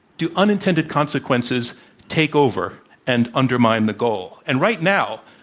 do unintended consequences take over and undermine the goal? and right now,